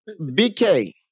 BK